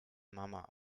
mama